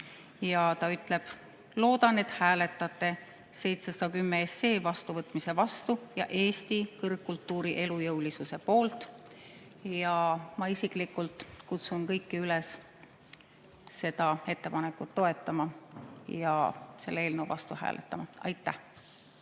Upkin ütleb: "Loodan, et hääletate 710 SE vastuvõtmise vastu ja Eesti kõrgkultuuri elujõulisuse poolt." Ma isiklikult kutsun kõiki üles seda ettepanekut toetama ja selle eelnõu vastu hääletama. Aitäh!